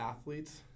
athletes